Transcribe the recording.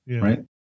right